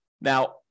Now